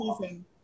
season